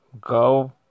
go